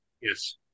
Yes